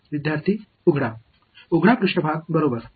எனவே இந்த a கோப்பையின் மேற்பரப்பை குறிக்கிறது மாணவர் திறந்த